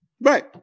right